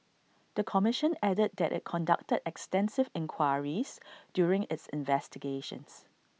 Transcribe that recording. the commission added that IT conducted extensive inquiries during its investigations